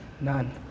None